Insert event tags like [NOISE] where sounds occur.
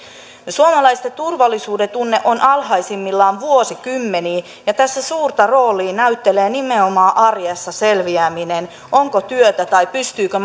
suomalaisten turvallisuudentunne on alhaisimmillaan vuosikymmeniin ja tässä suurta roolia näyttelee nimenomaan arjessa selviäminen onko työtä tai pystyykö [UNINTELLIGIBLE]